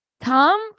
Tom